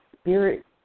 spirit